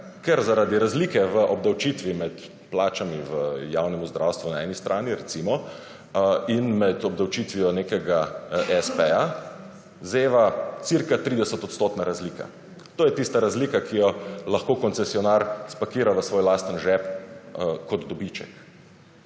Ker zaradi razlike v obdavčitvi med plačami v javnemu zdravstvu na eni strani, recimo, in med obdavčitvijo nekega s. p., zeva cca. 30 % razlika. To je tista razlika, ki jo lahko koncesionar spakira v svoj lasten žep, kot dobiček.